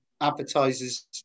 advertisers